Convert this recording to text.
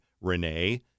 Renee